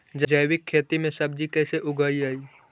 जैविक खेती में सब्जी कैसे उगइअई?